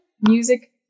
music